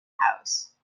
house